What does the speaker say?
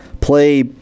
play